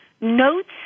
notes